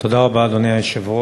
תודה רבה, אדוני היושב-ראש.